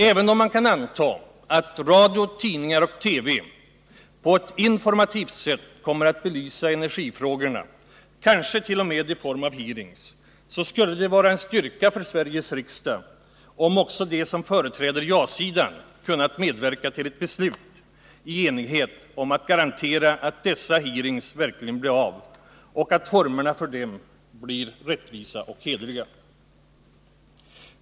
Även om man kan anta att radio, tidningar och TV på ett informativt sätt kommer att belysa energifrågorna, kanske t.o.m. i form av hearings, så skulle det vara en styrka för Sveriges riksdag om också de som företräder ja-sidan kunnat medverka till ett enigt beslut om att man garanterar att sådana hearings verkligen blir av och att formerna för dem blir rättvisa och hederliga.